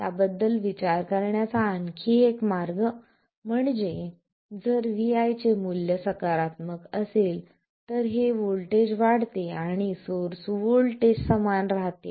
त्याबद्दल विचार करण्याचा आणखी एक मार्ग म्हणजे जर vi चे मूल्य सकारात्मक असेल तर हे व्होल्टेज वाढते आणि सोर्स व्होल्टेज समान राहते